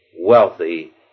wealthy